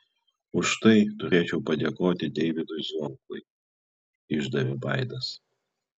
už tai turėčiau padėkoti deivydui zvonkui išdavė vaidas